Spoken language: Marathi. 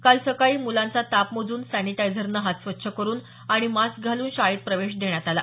काल सकाळी मुलांचा ताप मोजून सॅनिटायझरने हात स्वच्छ करून आणि मास्क घालून शाळेत प्रवेश देण्यात आला